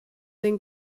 den